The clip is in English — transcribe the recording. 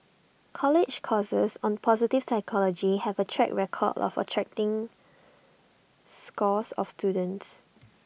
college courses on positive psychology have A track record of attracting scores of students